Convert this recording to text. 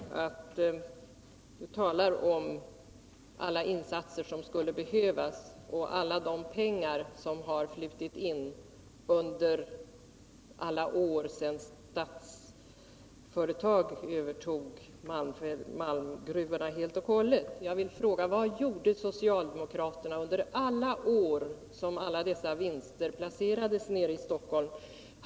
Han talar om alla insatser som skulle behövas och alla de pengar som har flutit in under alla år sedan Statsföretag övertog malmgruvorna helt och hållet. Jag vill fråga: Vad gjorde socialdemokraterna under alla år då alla dessa vinster placerades nere i Stockholm?